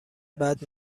بعد